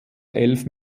elf